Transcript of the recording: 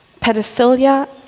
pedophilia